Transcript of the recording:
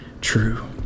true